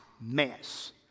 mess